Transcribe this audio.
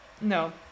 no